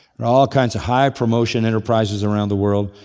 all kinds of high promotion enterprises around the world,